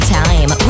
time